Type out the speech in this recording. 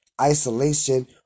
isolation